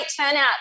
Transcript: turnout